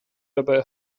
dabei